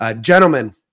Gentlemen